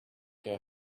her